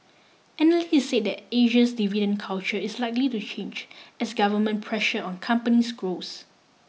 analysts said that Asia's dividend culture is likely to change as government pressure on companies grows